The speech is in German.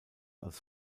als